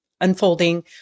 unfolding